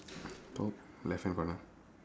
top left hand corner